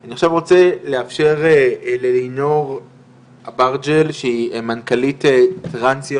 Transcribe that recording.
אני עכשיו רוצה לאפשר ללינור אברג'ל שהיא מנכ"לית טרנסיות